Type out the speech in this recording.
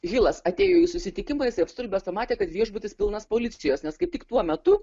hilas atėjo į susitikimą jis apstulbęs pamatė kad viešbutis pilnas policijos nes kaip tik tuo metu